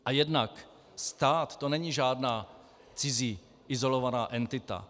A jednak stát, to není žádná cizí izolovaná entita.